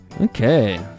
Okay